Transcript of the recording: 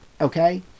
Okay